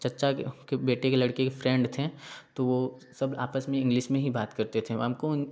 चाचा के बेटे के लड़के के फ्रेंड थे तो वो सब आपस में इंग्लिस में ही बात करते थे हमको उन